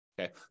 Okay